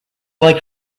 like